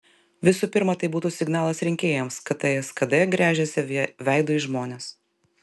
visų pirma tai būtų signalas rinkėjams kad ts kd gręžiasi veidu į žmones